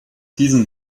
diesem